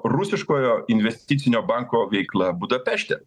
rusiškojo investicinio banko veikla budapešte